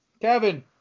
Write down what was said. Kevin